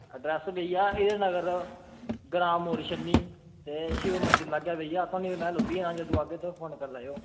address भेइया हीरानगर ग्रांऽ मोड़ छन्नी ते शिव मंदिर लागै भेइया थोआनूं में लब्भी जा जंदू आगे तोस फोन कर लैयो